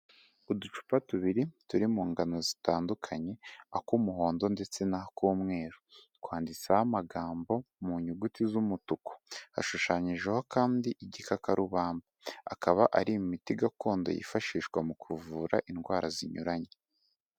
Uducupa tubiri turi mu ngano zitandukanye, ak'umuhondo ndetse n'ak'umweru, twanditseho amagambo mu nyuguti z'umutuku, hashushanyijeho kandi igikakarubamba, akaba ari imiti gakondo yifashishwa mu kuvura indwara zinyuranye.